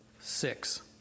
Six